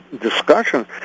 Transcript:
discussion